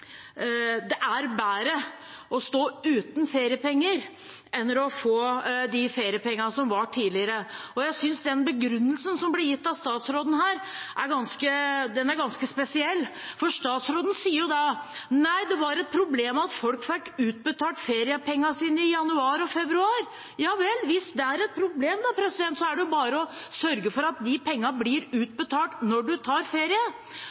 jo ikke bedre å stå uten feriepenger enn å få de feriepengene som var tidligere. Jeg synes begrunnelsen som blir gitt av statsråden her, er ganske spesiell. Statsråden sier at det var et problem at folk fikk utbetalt feriepengene sine i januar og februar. Hvis det er et problem, er det bare å sørge for at de pengene blir utbetalt når man tar ferie.